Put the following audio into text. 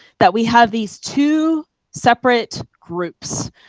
that we have these two separate groups.